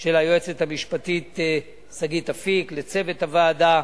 של היועצת המשפטית שגית אפיק, לצוות הוועדה,